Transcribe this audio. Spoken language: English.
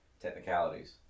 technicalities